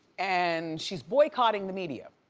and she's boycotting the media.